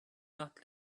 got